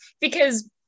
because-